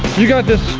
you got this.